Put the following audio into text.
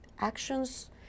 actions